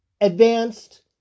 advanced